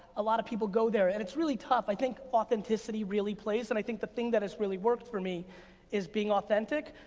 a lot of people go there, and it's really tough. i think authenticity really plays, and i think the thing that has really worked for me is being authentic.